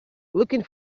looking